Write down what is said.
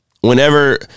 Whenever